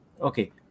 Okay